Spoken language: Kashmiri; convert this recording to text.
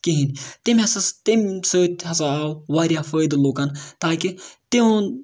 کِہینۍ تٔمۍ ہسا تٔمۍ سۭتۍ ہسا آو واریاہ فٲیدٕ لوٗکن تاکہِ تِہُند